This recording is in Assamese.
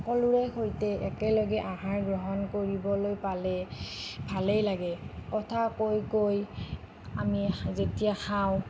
সকলোৰে সৈতে একেলগে আহাৰ গ্ৰহণ কৰিবলৈ পালে ভালেই লাগে কথা কৈ কৈ আমি যেতিয়া খাওঁ